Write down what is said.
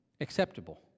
acceptable